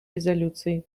резолюции